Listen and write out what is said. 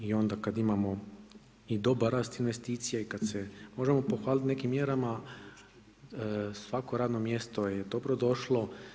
I onda kad imamo i dobar rast investicija i kad se možemo pohvaliti nekim mjerama svako radno mjesto je dobro došlo.